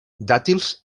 dàtils